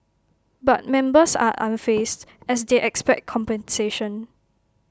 but members are unfazed as they expect compensation